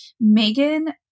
Megan